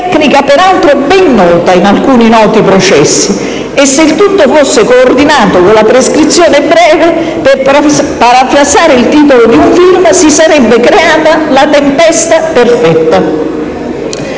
peraltro ben conosciuta in alcuni "noti" processi - e se il tutto fosse coordinato con la prescrizione breve, per parafrasare il titolo di un film, si sarebbe creata la tempesta perfetta.